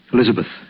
Elizabeth